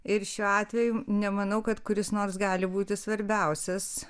ir šiuo atveju nemanau kad kuris nors gali būti svarbiausias